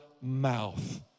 mouth